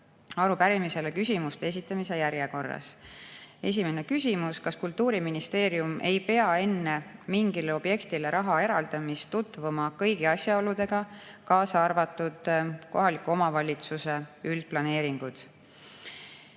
arupärimisele küsimuste esitamise järjekorras. Esimene küsimus: kas Kultuuriministeerium ei pea enne mingile objektile raha eraldamist tutvuma kõigi asjaoludega, kaasa arvatud kohaliku omavalitsuse üldplaneeringud?